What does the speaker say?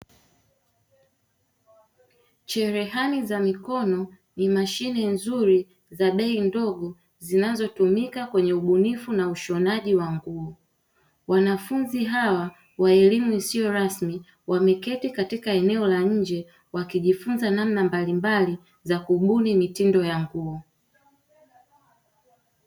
Cherehani za mikono ni mashine nzuri za bei ndogo zinazotumika kwenye ubunifu na ushonaji wa nguo. Wanafunzi hawa wa elimu isio rasmi wameketi katika eneo la nje wakijifunza namna mbalimbali za kubuni mitindo ya nguo.